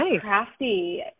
crafty